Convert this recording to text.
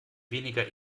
weniger